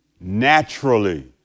naturally